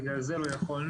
בגלל זה לא יכולנו,